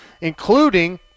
including